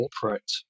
corporate